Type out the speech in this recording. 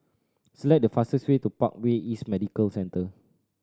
select the fastest way to Parkway East Medical Centre